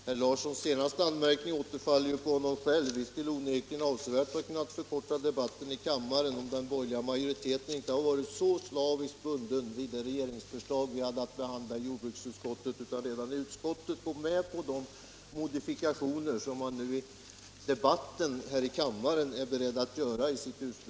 Herr talman! Den senaste anmärkningen från herr Larsson i Borrby återfaller på honom själv. Vi skulle onekligen avsevärt kunnat förkorta debatten i kammaren om den borgerliga majoriteten inte varit så slaviskt bunden vid det regeringsförslag vi hade att behandla i jordbruksutskottet, utan redan i utskottet kunnat gå med på de modifikationer som man under debatten här i kammaren är beredd att göra.